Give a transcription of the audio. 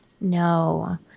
No